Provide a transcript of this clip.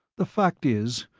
the fact is,